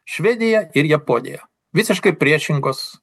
švediją ir japoniją visiškai priešingos